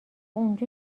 اونجا